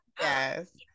Yes